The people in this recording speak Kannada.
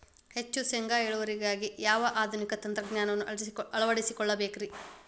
ಹೆಚ್ಚು ಶೇಂಗಾ ಇಳುವರಿಗಾಗಿ ಯಾವ ಆಧುನಿಕ ತಂತ್ರಜ್ಞಾನವನ್ನ ಅಳವಡಿಸಿಕೊಳ್ಳಬೇಕರೇ?